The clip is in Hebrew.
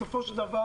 בסופו של דבר,